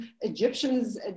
Egyptians